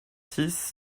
six